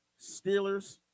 Steelers